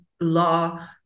law